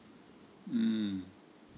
mm